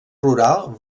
rural